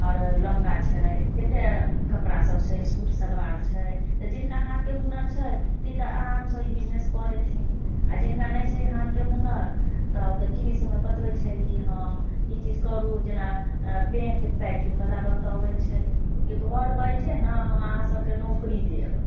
आओर लहँगा छै कते कपड़ा सभ छै सूट सलवार छै तऽ जिनका हाथ के हुनर छै तऽ ई तऽ आराम सँ बिजनेस कऽ लेथिन आ जिनका नइ छै हाथ के हुनर तब तऽ टीवी सभमे बतबै छै कि हँ ई चीज करू जेना अऽ पेन के पैकिंग बला बतोबै छै कि घर बैठे नऽ हम अहाँ सभके नौकरी देब